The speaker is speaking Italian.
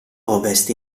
ovest